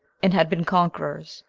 and had been conquerors,